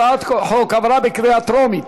הצעת החוק התקבלה בקריאה טרומית